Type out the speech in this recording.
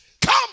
come